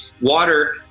water